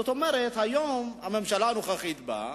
זאת אומרת שהיום הממשלה הנוכחית באה,